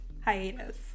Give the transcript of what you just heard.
hiatus